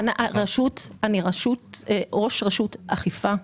אני ראש רשות אכיפה.